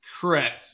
Correct